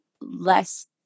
less